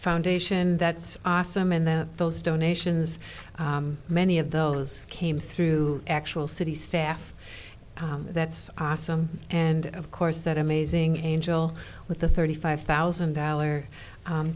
foundation that's awesome and then those donations many of those came through actual city staff that's awesome and of course that amazing angel with a thirty five thousand